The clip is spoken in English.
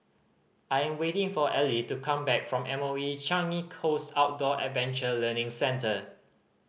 I am waiting for Ely to come back from M O E Changi Coast Outdoor Adventure Learning Centre